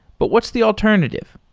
but what's the alternative?